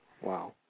Wow